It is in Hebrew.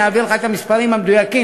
אעביר לך את המספרים המדויקים,